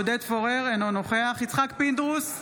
אינו נוכח יצחק פינדרוס,